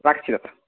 রাখছি দাদা